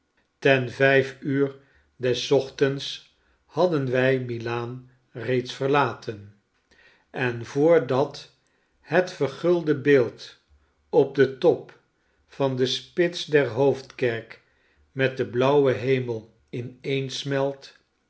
ten vijf uur des ochtends hadden wij mila a n reeds verlaten en voordat het vergulde beeld op den top van de spits der hoofdkerk met den blauwen hemel